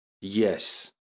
Yes